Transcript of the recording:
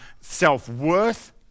self-worth